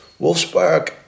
Wolfsburg